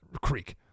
Creek